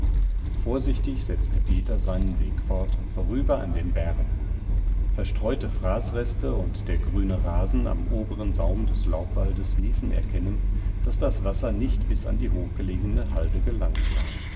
vorsichtig setzte peter seinen weg fort vorüber an den bärenhöhlen verstreute fraßreste und der grüne rasen am oberen saum des laubwaldes ließen erkennen daß das wasser nicht bis an die hochgelegene halde gelangt war